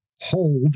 hold